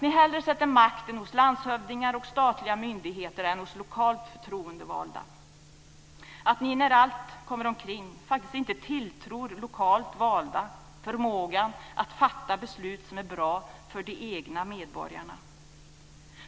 Ni ger hellre makt till landshövdingar och statliga myndigheter än till lokalt förtroendevalda. Ni tilltror, när allt kommer omkring, faktiskt inte lokalt valda förmågan att fatta beslut som är bra för de egna medborgarna.